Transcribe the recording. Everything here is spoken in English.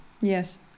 Yes